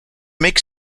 make